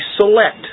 select